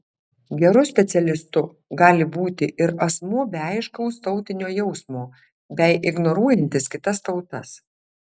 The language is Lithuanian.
geru specialistu gali būti ir asmuo be aiškaus tautinio jausmo bei ignoruojantis kitas tautas